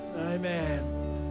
amen